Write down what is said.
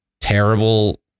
terrible